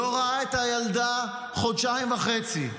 לא ראה את הילדה חודשיים וחצי,